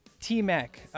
T-Mac